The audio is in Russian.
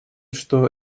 что